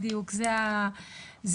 בדיוק, זה התאריך,